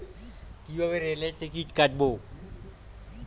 কিভাবে রেলের টিকিট কাটব?